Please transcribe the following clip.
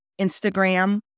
Instagram